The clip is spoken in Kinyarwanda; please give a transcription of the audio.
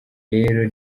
rero